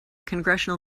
congressional